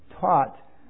taught